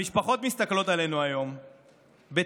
המשפחות מסתכלות עלינו היום בתקווה